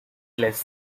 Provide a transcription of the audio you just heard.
less